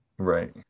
Right